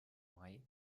mai